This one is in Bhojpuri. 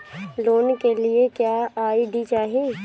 लोन के लिए क्या आई.डी चाही?